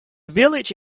village